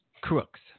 crooks